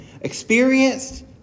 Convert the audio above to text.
experienced